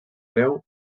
breu